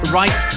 right